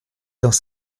dans